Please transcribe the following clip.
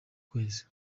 kwezi